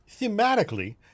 thematically